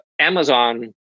amazon